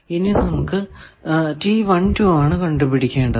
ഇനി നമുക്ക് ആണ് കണ്ടുപിടിക്കേണ്ടത്